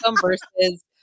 versus